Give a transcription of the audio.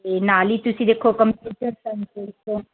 ਅਤੇ ਨਾਲ ਹੀ ਤੁਸੀਂ ਦੇਖੋ ਕੰਪਿਉਟਰ ਸਾਇੰਸ ਦੇ ਵਿੱਚੋਂ